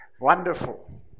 Wonderful